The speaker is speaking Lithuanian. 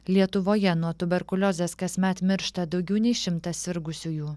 lietuvoje nuo tuberkuliozės kasmet miršta daugiau nei šimtas sirgusiųjų